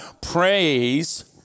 Praise